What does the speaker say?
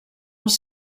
els